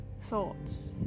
Thoughts